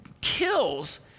kills